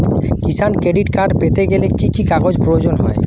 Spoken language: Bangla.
কিষান ক্রেডিট কার্ড করতে গেলে কি কি কাগজ প্রয়োজন হয়?